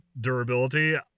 durability